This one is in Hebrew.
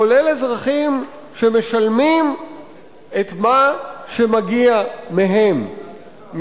כולל אזרחים שמשלמים את מה שמגיע מהם,